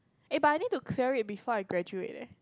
eh but I need to clear it before I graduate eh